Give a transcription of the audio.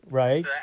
right